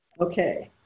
Okay